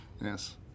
Yes